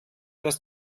das